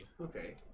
Okay